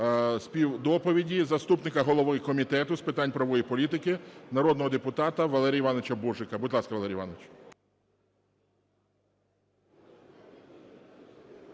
співдоповіді заступника голови Комітету з питань правової політики народного депутата Валерія Івановича Божика. Будь ласка, Валерій Іванович.